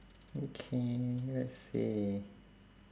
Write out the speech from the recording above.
okay let's see